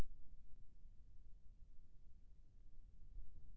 मोर स्वस्थ बीमा करे बर का का कागज लगही?